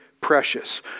precious